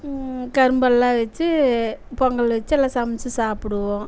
கரும்பெல்லாம் வைச்சு பொங்கல் வைச்சு எல்லாம் சமைச்சு சாப்பிடுவோம்